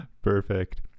Perfect